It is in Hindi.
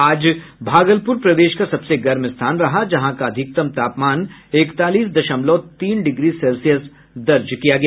आज भागलपुर प्रदेश का सबसे गर्म स्थान रहा जहां का अधिकतम तापमान इकतालीस दशमलव तीन डिग्री सेल्सियस दर्ज किया गया